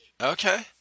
Okay